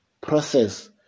process